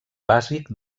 bàsic